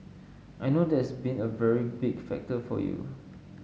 I know that's been a very big factor for you